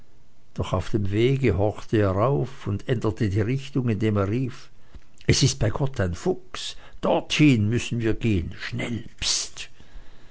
doch auf dem wege horchte er auf und änderte die richtung indem er rief es ist bei gott ein fuchs dorthin müssen wir gehen schnell pst